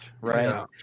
Right